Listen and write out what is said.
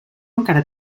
encara